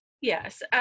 yes